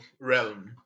realm